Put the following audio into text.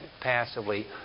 passively